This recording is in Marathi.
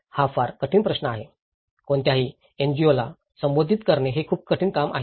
हा फार कठीण प्रश्न आहे कोणत्याही एनजीओला संबोधित करणे हे खूप कठीण काम आहे